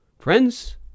friends